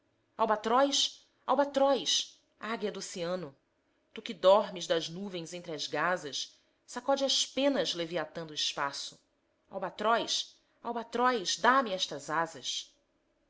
albatroz albatroz águia do oceano tu que dormes das nuvens entre as gazas sacode as penas leviathan do espaço albatroz albatroz dá-me estas asas